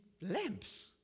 lamps